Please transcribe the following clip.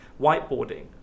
whiteboarding